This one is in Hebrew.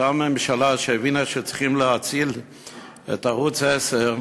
אותה ממשלה שהבינה שצריכים להציל את ערוץ 10,